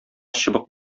чыбык